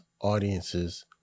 audiences